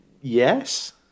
Yes